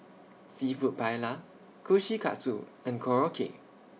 Seafood Paella Kushikatsu and Korokke